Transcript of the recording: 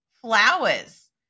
flowers